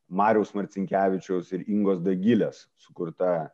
mariaus marcinkevičiaus ir ingos dagilės sukurta